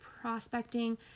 prospecting